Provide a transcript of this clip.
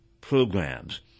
Programs